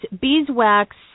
beeswax